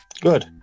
Good